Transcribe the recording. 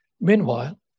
Meanwhile